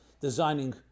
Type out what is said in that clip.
Designing